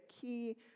key